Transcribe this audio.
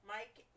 Mike